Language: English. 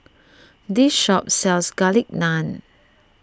this shop sells Garlic Naan